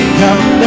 come